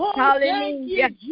hallelujah